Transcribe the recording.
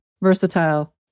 versatile